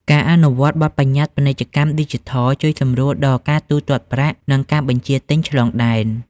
ការអនុវត្តបទបញ្ញត្តិពាណិជ្ជកម្មឌីជីថល ជួយសម្រួលដល់ការទូទាត់ប្រាក់ និងការបញ្ជាទិញឆ្លងដែន។